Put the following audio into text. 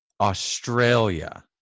australia